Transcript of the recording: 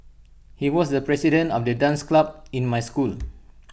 he was the president of the dance club in my school